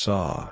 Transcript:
Saw